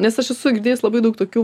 nes aš esu girdėjus labai daug tokių